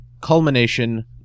culmination